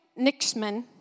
Nixman